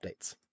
updates